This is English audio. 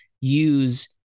use